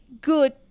good